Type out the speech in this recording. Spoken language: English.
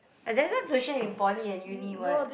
I don't have tuition in poly and uni what